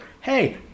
hey